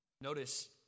Notice